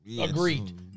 Agreed